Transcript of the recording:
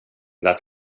that